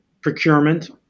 procurement